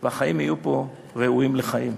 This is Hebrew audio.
והחיים פה יהיו ראויים לחיים.